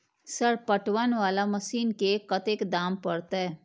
Sir पटवन वाला machine के कतेक दाम परतें?